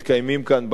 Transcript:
בכנסת,